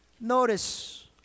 Notice